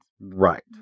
Right